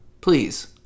please